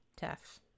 tough